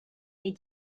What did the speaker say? est